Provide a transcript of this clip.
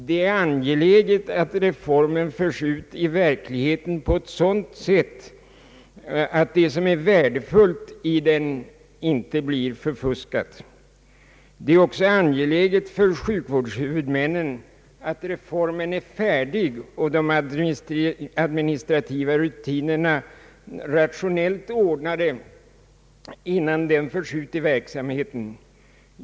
Det är angeläget att reformen förs ut i verkligheten på ett sådant sätt att det som är värdefullt i den inte blir förfuskat. Det är också angeläget för sjukvårdshuvudmännen att reformen är färdig och de administrativa rutinerna rationellt ordnade innan de tas i bruk.